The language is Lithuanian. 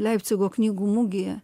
leipcigo knygų mugėje